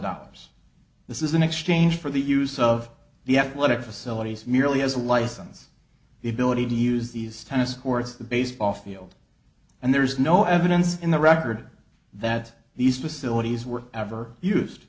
dollars this is an exchange for the use of the athletic facilities merely as a license the ability to use these tennis courts the baseball field and there's no evidence in the record that these facilities were ever used